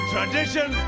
Tradition